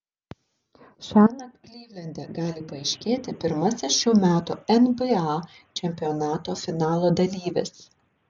šiąnakt klivlende gali paaiškėti pirmasis šių metų nba čempionato finalo dalyvis